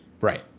right